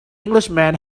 englishman